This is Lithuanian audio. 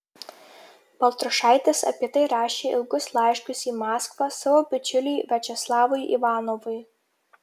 baltrušaitis apie tai rašė ilgus laiškus į maskvą savo bičiuliui viačeslavui ivanovui